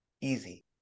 easy